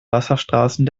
wasserstraßen